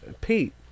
pete